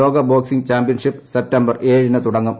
ലോക boxing championship September ഏഴിന് തുടങ്ങും